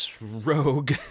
Rogue